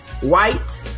white